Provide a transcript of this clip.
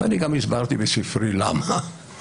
הסברתי בספרי למה זה כך.